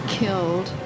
killed